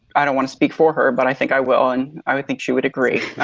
i don't want to speak for her but i think i will and i would think she would agree.